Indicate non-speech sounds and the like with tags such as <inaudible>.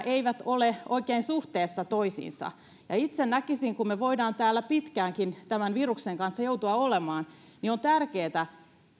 <unintelligible> eivät ole oikein suhteessa toisiinsa itse näkisin että kun me voimme täällä pitkäänkin tämän viruksen kanssa joutua olemaan on tärkeätä